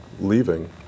leaving